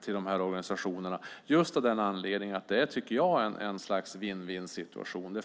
till de här organisationerna, just av den anledningen att det är ett slags vinn-vinn-situation.